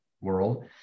world